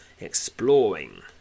exploring